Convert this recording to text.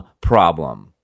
problem